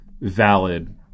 valid